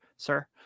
Sir